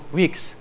weeks